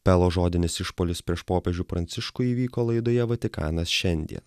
pelo žodinis išpuolis prieš popiežių pranciškų įvyko laidoje vatikanas šiandien